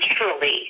naturally